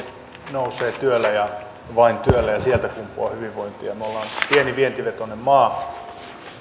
nousee työllä ja vain työllä ja sieltä kumpuaa hyvinvointia me olemme pieni vientivetoinen maa